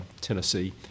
Tennessee